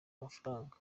amafaranga